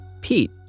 Pete